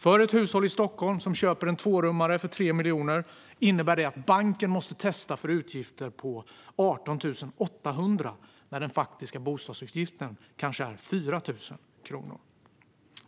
För ett hushåll i Stockholm som köper en tvårummare för 3 miljoner innebär detta att banken måste testa för utgifter på 18 800, när den faktiska bostadsutgiften kanske är 4 000 kronor,